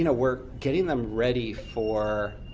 you know we're getting them ready for.